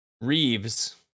Reeves